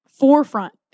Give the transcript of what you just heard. forefront